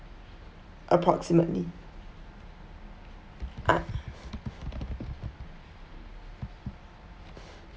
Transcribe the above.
approximately ah